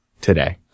today